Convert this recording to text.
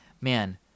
man